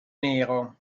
nero